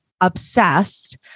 obsessed